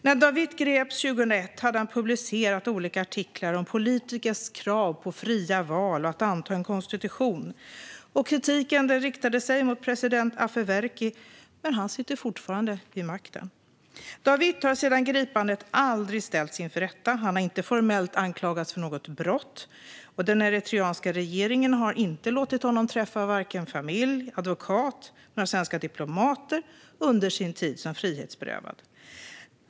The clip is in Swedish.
När Dawit greps 2001 hade han publicerat olika artiklar om politikers krav på fria val och att anta en konstitution. Kritiken riktade sig mot president Afewerki - men han sitter fortfarande vid makten. Dawit har sedan gripandet aldrig ställts inför rätta. Han har inte formellt anklagats för något brott. Den eritreanska regeringen har inte låtit honom träffa vare sig familj, advokat eller svenska diplomater under sin tid som frihetsberövad.